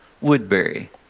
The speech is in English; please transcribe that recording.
Woodbury